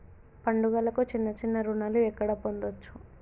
పండుగలకు చిన్న చిన్న రుణాలు ఎక్కడ పొందచ్చు?